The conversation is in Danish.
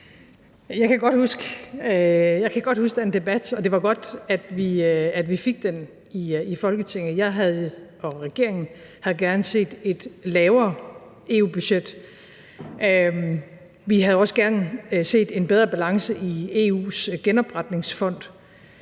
Jeg kan godt huske den debat, og det var godt, at vi fik den i Folketinget. Jeg og regeringen havde gerne set et lavere EU-budget. Vi havde også gerne set en bedre balance i EU's genopretningsfond.